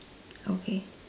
okay